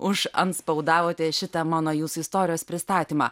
užantspaudavote šitą mano jūsų istorijos pristatymą